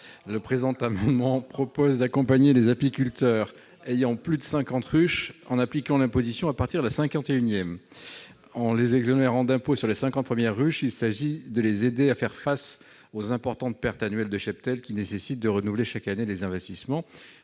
Le présent amendement vise à accompagner les apiculteurs ayant plus de cinquante ruches, en appliquant l'imposition à partir de la cinquante et unième. En exonérant d'impôts les cinquante premières ruches, il s'agit d'aider les apiculteurs à faire face aux importantes pertes annuelles de cheptel, qui nécessitent de renouveler, chaque année, les investissements.